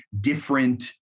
different